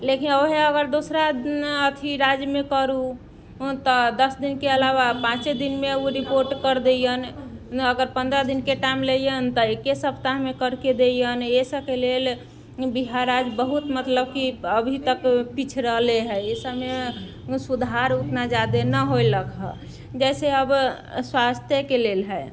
लेकिन ओएह अगर दोसरा अथी राज्यमे करू तऽ दश दिनके अलावा पाँचे दिनमे ओ रिपोर्ट कर दैया अगर पन्द्रह दिनके टाइम लैया तऽ एके सप्ताहमे करके दैया एहि सबके लेल बिहार राज्य बहुत मतलब कि अभी तक पिछड़ले हय एहि सबमे सुधार ओतना जादे नहि होलक हँ जैसे अब स्वास्थयेके लेल हय